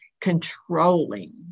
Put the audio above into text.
controlling